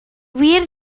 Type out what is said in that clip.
wir